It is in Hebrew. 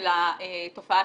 תופעת